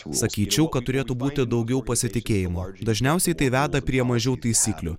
sakyčiau kad turėtų būti daugiau pasitikėjimo dažniausiai tai veda prie mažiau taisyklių